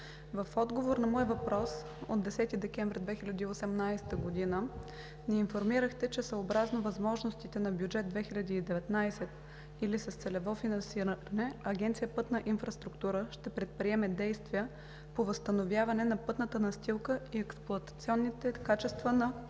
в отговор на мой въпрос от 10 декември 2018 г. ни информирахте, че съобразно възможностите на Бюджет 2019 или с целево финансиране Агенция „Пътна инфраструктура“ ще предприеме действия по възстановяване на пътната настилка и експлоатационните качества на компрометирания